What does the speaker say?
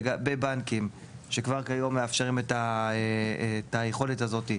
לגבי בנקים שכבר כיום מאפשרים את היכולת הזאתי,